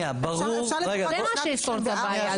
זה מה שיפתור את הבעיה,